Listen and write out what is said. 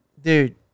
Dude